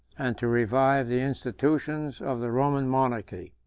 and to revive the institutions of the roman monarchy.